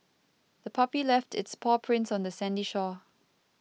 the puppy left its paw prints on the sandy shore